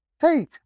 Hey